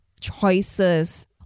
choices